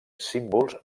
símbols